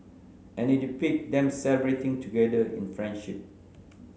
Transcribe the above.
and it depict them celebrating together in friendship